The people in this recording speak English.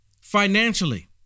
financially